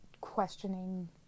questioning